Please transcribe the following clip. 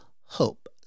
Hope